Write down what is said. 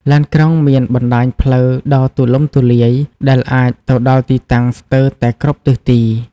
ឡានក្រុងមានបណ្តាញផ្លូវដ៏ទូលំទូលាយ ដែលអាចទៅដល់ទីតាំងស្ទើរតែគ្រប់ទិសទី។